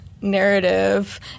narrative